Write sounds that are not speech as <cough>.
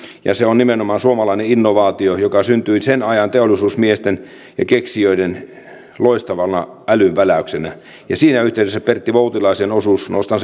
ja se on nimenomaan suomalainen innovaatio joka syntyi sen ajan teollisuusmiesten ja keksijöiden loistavana älynväläyksenä siinä yhteydessä pertti voutilaisen osuus nostan <unintelligible>